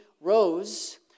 rose